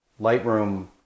Lightroom